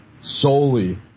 solely